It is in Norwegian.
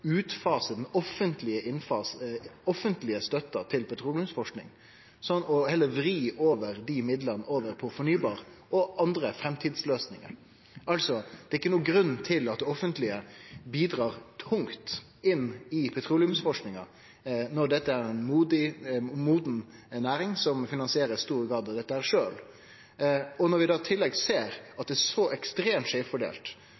utfase den offentlege støtta til petroleumsforsking og heller vri dei midlane over på fornybar energi og andre framtidsløysingar. Det er altså ingen grunn til at det offentlege bidreg tungt inn i petroleumsforskinga når dette er ei moden næring som finansierer dette i stor grad sjølv, og vi i tillegg ser at det er så ekstremt skeivt fordelt.